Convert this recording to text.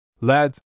Lads